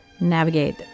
navigate